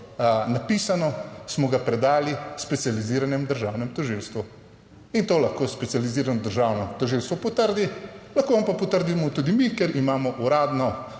napisano, smo ga predali Specializiranemu državnemu tožilstvu in to lahko Specializirano državno tožilstvo potrdi, lahko vam pa potrdimo tudi mi, ker imamo uradno,